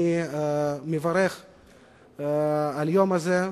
אני מברך על היום הזה.